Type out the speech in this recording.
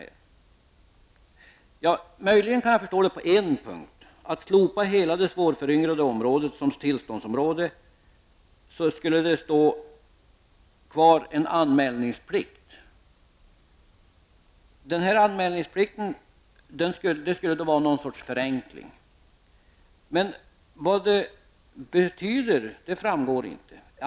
Jag kan möjligen förstå det på en punkt: Man skulle slopa hela det svårföryngrade området som tillståndsområde, och kvar skulle stå en anmälningsplikt. Det skulle då vara något slags förenkling. Vad den förenklingen betyder framgår inte.